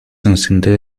encender